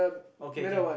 okay can